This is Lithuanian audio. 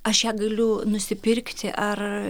aš ją galiu nusipirkti ar